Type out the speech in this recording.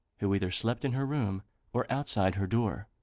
who either slept in her room or outside her door.